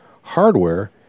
hardware